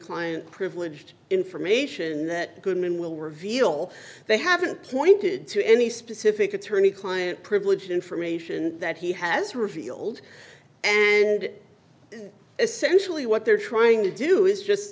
client privilege to information that goodman will reveal they haven't pointed to any specific attorney client privilege information that he has revealed and essentially what they're trying to do is just